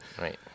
Right